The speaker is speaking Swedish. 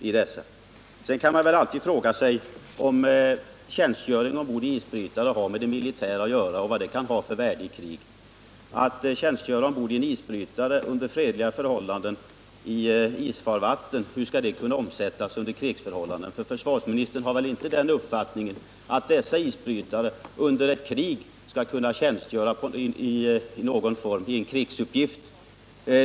Sedan är det berättigat att fråga om tjänstgöring ombord på isbrytare har med det militära att göra och vad den tjänstgöringen kan ha för värde i krig. Hur skall tjänstgöring ombord på isbrytare under fredliga förhållanden i isfarvatten kunna omsättas till krigsförhållanden? Försvarsministern har väl inte den uppfattningen att dessa isbrytare under krig skall kunna tjänstgöra i en krigsuppgift?